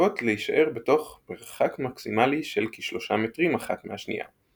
מחויבות להישאר בתוך מרחק מקסימלי של כשלושה מטרים אחת מהשנייה.